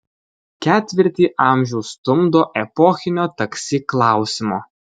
ketvirtį amžiaus stumdo epochinio taksi klausimo